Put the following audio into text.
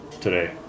today